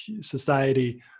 society